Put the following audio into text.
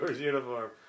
uniform